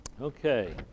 Okay